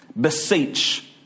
Beseech